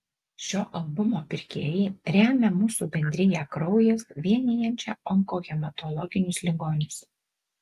šio albumo pirkėjai remia mūsų bendriją kraujas vienijančią onkohematologinius ligonius